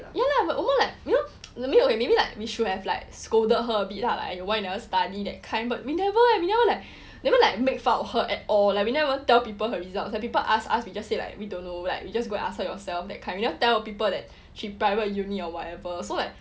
ya lah but more like you know okay maybe like we should have like scolded her a bit lah like !aiyo! why you never study that kind but we never eh we never never like never like make fun of her at all like we never even tell people her results like when people ask us we just say like we don't know like you just go and ask her yourself that kind we never tell people that she private uni or whatever so like